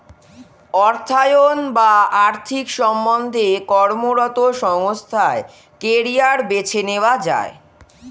অর্থায়ন বা আর্থিক সম্বন্ধে কর্মরত সংস্থায় কেরিয়ার বেছে নেওয়া যায়